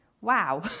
Wow